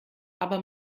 aber